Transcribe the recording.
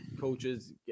coaches